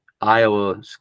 Iowa